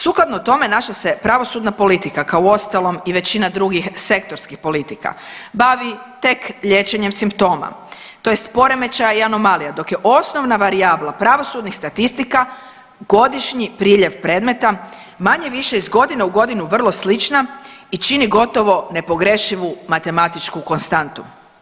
Sukladno tome, naša se pravosudna politika kao uostalom i većina drugih sektorskih politika bavi tek liječenjem simptoma, tj. poremećaja i anomalija dok je osnovna varijabla pravosudnih statistika godišnji priljev predmeta manje-više iz godine u godinu vrlo slična i čini gotovo nepogrešivu matematičku konstantu.